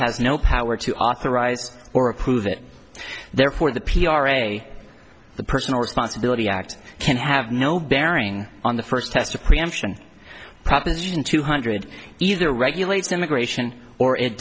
has no power to authorize or approve it therefore the p r a the personal responsibility act can have no bearing on the first test of preemption proposition two hundred either regulates immigration or it